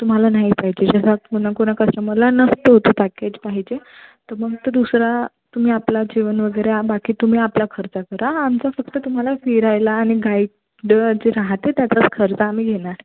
तुम्हाला नाही पाहिजे जसं कोणा कोणाकडच्या मुलांना फक्त होतं पॅकेज पाहिजे तर मग तो दुसरा तुम्ही आपला जेवण वगैरे आम बाकी तुम्ही आपला खर्च करा आमचा फक्त तुम्हाला फिरायला आणि गाइड जे राहते त्याचाच खर्च आम्ही घेणार